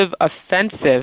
offensive